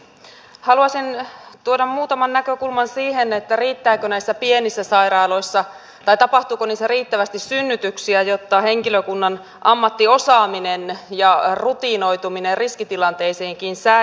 haluaisin tuoda muutaman näkökulman siihen tapahtuuko näissä pienissä sairaaloissa riittävästi synnytyksiä jotta henkilökunnan ammattiosaaminen ja rutinoituminen riskitilanteisiinkin säilyy